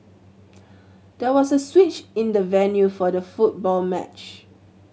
there was a switch in the venue for the football match